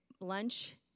lunch